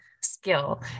skill